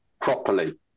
properly